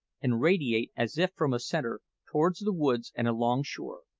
and radiate, as if from a centre, towards the woods and along shore.